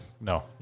no